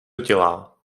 dělá